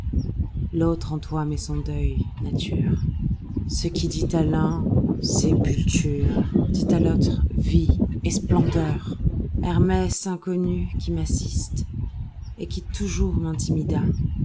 l'autre en toi met son deuil naturelce qui dit à l'un sépulture idit à l'autre vie et splendeur i hermès inconnu qui m'assisteset qui toujours m'intimidas